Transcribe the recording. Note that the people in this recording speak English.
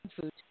food